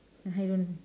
I don't